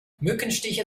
mückenstiche